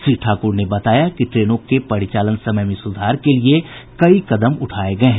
श्री ठाकुर ने बताया कि ट्रेनों के परिचालन समय में सुधार के लिए कई कदम उठाये गये है